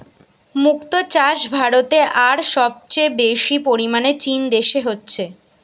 মুক্তো চাষ ভারতে আর সবচেয়ে বেশি পরিমাণে চীন দেশে হচ্ছে